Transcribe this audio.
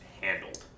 handled